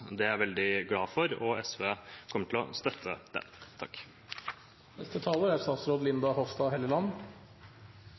Det er jeg veldig glad for, og SV kommer til å støtte